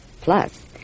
Plus